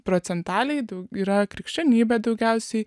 procentaliai daug yra krikščionybė daugiausiai